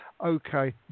Okay